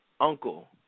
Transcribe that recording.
uncle